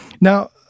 Now